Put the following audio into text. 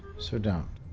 so don't.